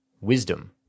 Wisdom